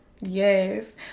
Yes